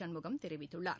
சண்முகம் தெரிவித்துள்ளார்